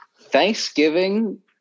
Thanksgiving